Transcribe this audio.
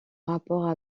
rapport